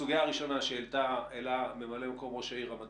הסוגיה הראשונה שהעלה ממלא מקום ראש העיר רמת